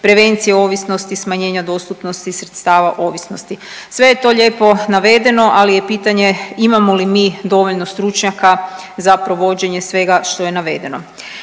prevencije ovisnosti, smanjenja dostupnosti sredstava ovisnosti. Sve je to lijepo navedeno, ali je pitanje imamo li mi dovoljno stručnjaka za provođenje svega što je navedeno.